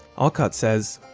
alcott says,